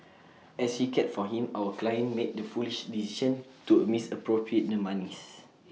as she cared for him our client made the foolish decision to misappropriate the monies